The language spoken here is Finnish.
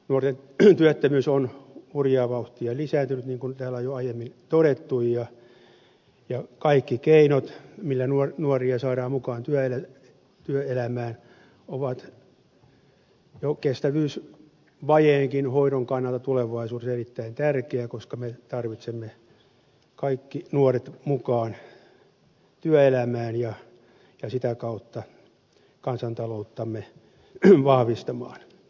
nuorten työttömyys on hurjaa vauhtia lisääntynyt niin kuin täällä on jo aiemmin todettu ja kaikki keinot joilla nuoria saadaan mukaan työelämään ovat jo kestävyysvajeenkin hoidon kannalta tulevaisuudessa erittäin tärkeitä koska me tarvitsemme kaikki nuoret mukaan työelämään ja sitä kautta kansantalouttamme vahvistamaan